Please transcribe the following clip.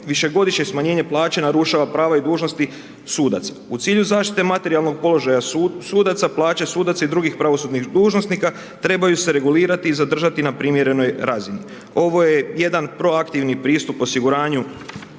višegodišnje smanjenje plaća narušava prava i dužnosti sudaca. U cilju zaštite materijalnog položaja sudaca, plaće sudaca i drugih pravosudnih dužnosnika trebaju se regulirati i zadržati na primjerenoj razini. Ovo je jedan proaktivni pristup osiguranju